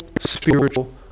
spiritual